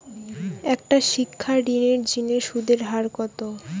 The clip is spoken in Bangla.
একটা শিক্ষা ঋণের জিনে সুদের হার কত?